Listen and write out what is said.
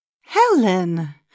Helen